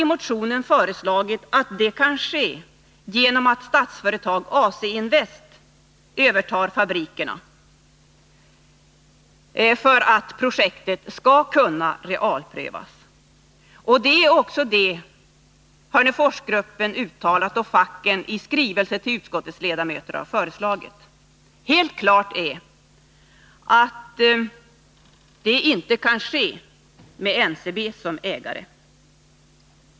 I motionen har vi sagt att det kan ske genom att Statsföretag/AC-invest övertar fabrikerna. Det är också vad Hörneforsgruppen uttalat och facken i skrivelse till utskottets ledamöter föreslagit. Helt klart är att det inte kan ske med NCB som ägare.